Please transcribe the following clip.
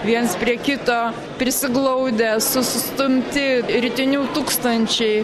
viens prie kito prisiglaudę sustumti ritinių tūkstančiai